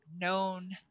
known